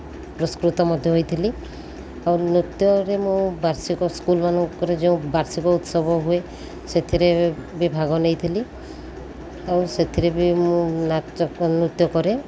ପୁରସ୍କୃତ ମଧ୍ୟ ହୋଇଥିଲି ଆଉ ନୃତ୍ୟରେ ମୁଁ ବାର୍ଷିକ ସ୍କୁଲ ମାନଙ୍କରେ ଯେଉଁ ବାର୍ଷିକ ଉତ୍ସବ ହୁଏ ସେଥିରେ ବି ଭାଗ ନେଇଥିଲି ଆଉ ସେଥିରେ ବି ମୁଁ ନାଚ ନୃତ୍ୟ କରେ